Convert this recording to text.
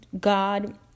God